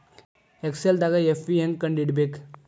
ಎಕ್ಸೆಲ್ದಾಗ್ ಎಫ್.ವಿ ಹೆಂಗ್ ಕಂಡ ಹಿಡಿಬೇಕ್